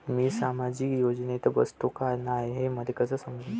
मी सामाजिक योजनेत बसतो का नाय, हे मले कस समजन?